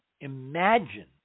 imagine